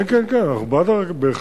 כן, כן, אנחנו בעד הרכבת.